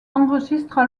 enregistrent